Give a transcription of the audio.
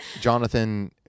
jonathan